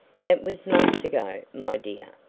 that was months ago, my dear,